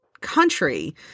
country